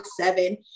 seven